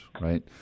right